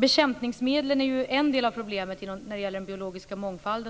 Bekämpningsmedlen är,